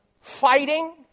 fighting